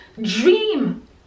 dream